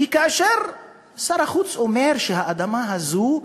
כי כאשר שר החוץ אומר שהאדמה הזאת,